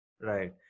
Right